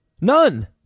None